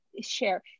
share